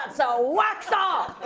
and so wax off.